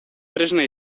tresna